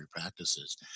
practices